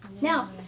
Now